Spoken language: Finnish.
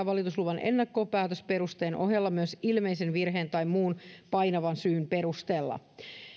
valitusluvan ennakkopäätösperusteen ohella myös ilmeisen virheen tai muun painavan syyn perusteella